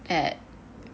that